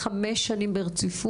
חמש שנים של פעילות?